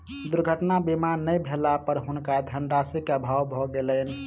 दुर्घटना बीमा नै भेला पर हुनका धनराशि के अभाव भ गेलैन